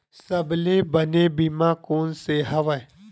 सबले बने बीमा कोन से हवय?